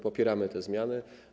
Popieramy te zmiany.